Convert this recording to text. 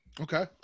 Okay